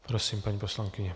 Prosím, paní poslankyně.